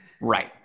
Right